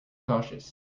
cautious